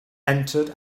entered